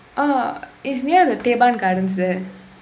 uh it is near the teban gardens there